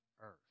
earth